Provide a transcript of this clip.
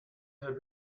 have